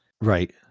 Right